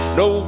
no